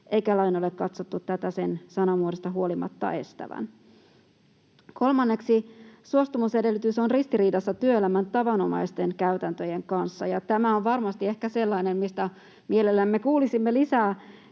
eikä lain ole katsottu tätä sen sanamuodosta huolimatta estävän. Kolmanneksi suostumusedellytys on ristiriidassa työelämän tavanomaisten käytäntöjen kanssa, ja tämä on varmasti ehkä sellainen, mistä mielellämme kuulisimme lisää